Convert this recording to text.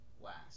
last